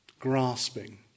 grasping